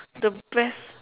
the best